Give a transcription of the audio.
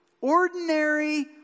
Ordinary